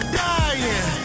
dying